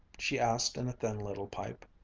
she asked in a thin little pipe.